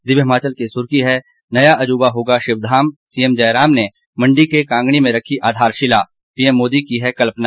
दिव्य हिमाचल की सुर्खी है नया अजूबा होगा शिवधाम सीएम जयराम ने मंडी के कांगणी में रखी आधारशिला पीएम मोदी की है कल्पना